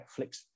Netflix